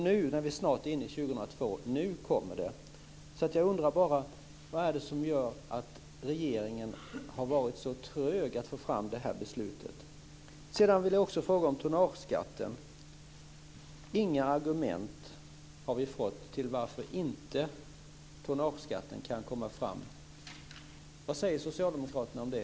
Nu, när vi snart är inne i 2002, kommer det. Jag undrar alltså bara vad det är som gör att regeringen har varit så trög när det gäller att få fram beslutet. Jag vill också fråga om tonnageskatten. Vi har inte fått några argument för varför tonnageskatten inte kan komma fram. Vad säger Socialdemokraterna om det?